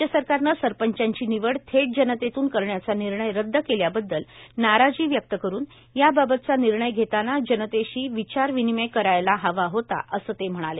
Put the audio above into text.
राज्य सरकारनं सरपंचांची निवड थेट जनतेतून करण्याचा निर्णय रद्द केल्याबद्दल नाराजी व्यक्त करून याबाबतचा निर्णय घेतांना जनतेशी विचारविनिमय करायला हवा होता असं ते म्हणाले